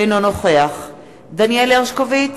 אינו נוכח דניאל הרשקוביץ,